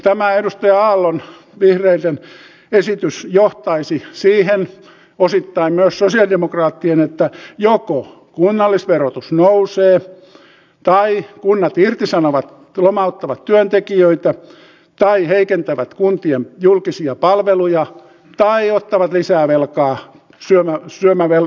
tämä edustaja aallon vihreiden esitys johtaisi siihen osittain myös sosialidemokraattien että joko kunnallisverotus nousee tai kunnat irtisanovat lomauttavat työntekijöitä tai heikentävät kuntien julkisia palveluja tai ottavat lisää velkaa syömämenoihin